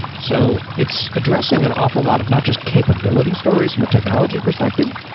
so it's addressing an awful lot of not just capability stories from a technology perspective,